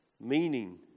meaning